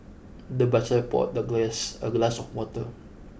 the butler poured the guest a glass of water